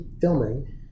filming